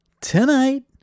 Tonight